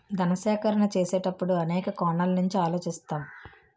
ధన సేకరణ చేసేటప్పుడు అనేక కోణాల నుంచి ఆలోచిస్తాం